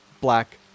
black